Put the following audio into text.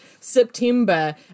September